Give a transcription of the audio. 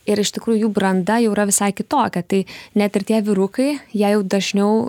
ir iš tikrųjų jų branda yra visai kitokia tai net ir tie vyrukai jie jau dažniau